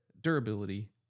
durability